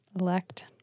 Elect